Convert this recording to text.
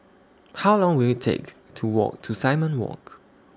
How Long Will IT Take to Walk to Simon Walk